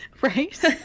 right